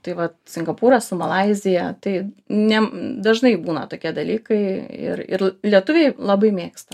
tai vat singapūrą su malaizija tai ne dažnai būna tokie dalykai ir ir lietuviai labai mėgsta